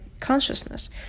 consciousness